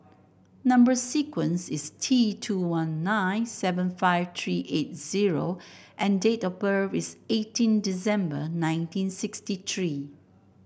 number sequence is T two one nine seven five three eight zero and date of birth is eighteen December nineteen sixty three